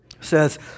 says